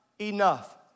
enough